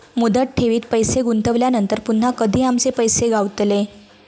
मुदत ठेवीत पैसे गुंतवल्यानंतर पुन्हा कधी आमचे पैसे गावतले?